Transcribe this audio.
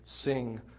sing